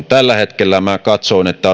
tällä hetkellä minä katsoin että